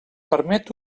permet